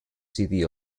city